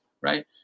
right